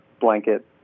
blanket